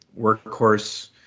workhorse